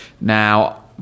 Now